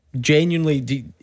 Genuinely